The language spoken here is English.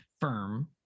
firm